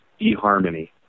eHarmony